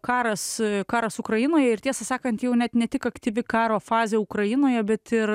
karas karas ukrainoje ir tiesą sakant jau net ne tik aktyvi karo fazė ukrainoje bet ir